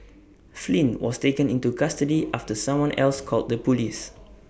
Flynn was taken into custody after someone else called the Police